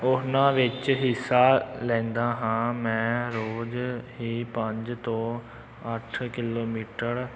ਉਹਨਾਂ ਵਿੱਚ ਹਿੱਸਾ ਲੈਂਦਾ ਹਾਂ ਮੈਂ ਰੋਜ਼ ਇਹ ਪੰਜ ਤੋਂ ਅੱਠ ਕਿਲੋਮੀਟਰ